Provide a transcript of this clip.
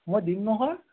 মই দিম নহয়